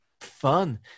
fun